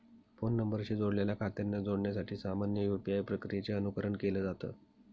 phone नंबरशी जोडलेल्या खात्यांना जोडण्यासाठी सामान्य यू.पी.आय प्रक्रियेचे अनुकरण केलं जात